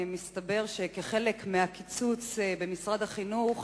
מסתבר שכחלק מהקיצוץ במשרד החינוך,